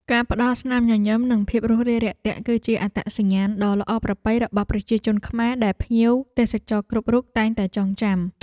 ការផ្តល់ស្នាមញញឹម និងភាពរួសរាយរាក់ទាក់ គឺជាអត្តសញ្ញាណដ៏ល្អប្រពៃរបស់ប្រជាជនខ្មែរដែលភ្ញៀវទេសចរគ្រប់រូបតែងតែចងចាំ។